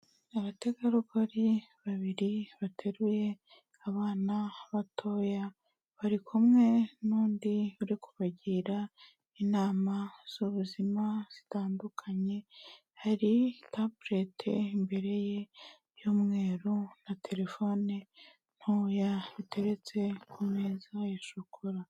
Abategarugori babiri bateruye abana batoya, bari kumwe n'undi uri kubagira inama z'ubuzima zitandukanye. Hari taburete imbere ye y'umweru na terefone ntoya biteretse ku meza ya shokora.